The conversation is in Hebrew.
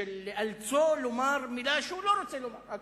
כשנאלץ לומר מלה שהוא לא רוצה לומר.